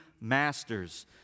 masters